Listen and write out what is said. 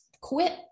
quit